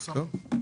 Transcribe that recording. טוב.